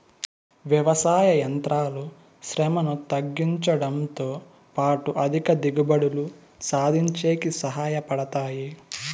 వ్యవసాయ యంత్రాలు శ్రమను తగ్గించుడంతో పాటు అధిక దిగుబడులు సాధించేకి సహాయ పడతాయి